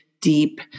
deep